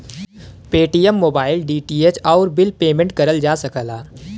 Paytm mobile, DTH, आउर bill payment करल जा सकला